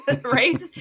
right